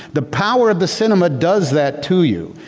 the power of the cinema does that to you.